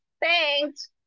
thanks